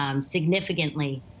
Significantly